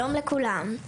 שלום לכולם.